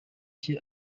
cye